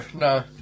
no